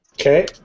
Okay